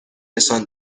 نشان